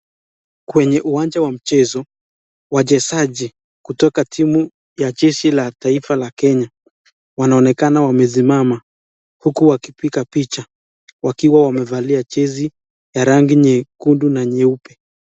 Kwenye uwanja wa mchezo, wachezaji kutoka timu ya jeshi ya taifa la kenya, wanaonekana wamesimama huku wakipiga picha wakiwa wamevalia jezi ya rangi nyekundu na nyeupe.